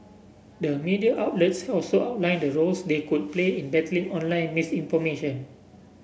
the media outlets also outlined the roles they could play in battling online misinformation